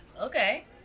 Okay